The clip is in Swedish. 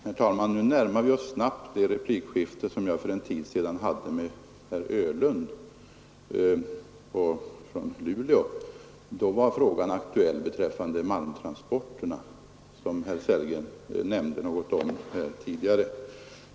Herr talman! Nu närmar vi oss snabbt det replikskifte som jag för en tid sedan hade med herr Öhvall från Luleå. Då var frågan aktuell beträffande malmtransporterna, som herr Sellgren nämnde något om tidigare.